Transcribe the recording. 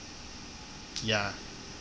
ya